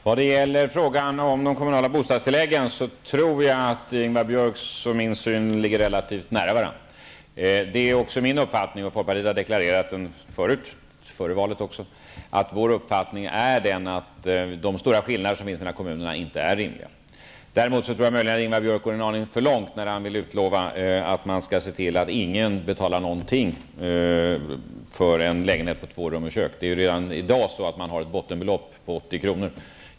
Herr talman! När det gäller de kommunala bostadstilläggen tror jag att Ingvar Björks och min uppfattning ligger relativt nära varandra. Det är också min mening -- folkpartiet har deklarerat den tidigare, även före valet -- att de stora skillnaderna mellan kommunerna inte är rimliga. Däremot tror jag att Ingvar Björk går en aning för långt när han vill utlova att ingen behöver betala någonting för en lägenhet på två rum och kök. Redan i dag har man ju ett bottenbelopp på 80 kr.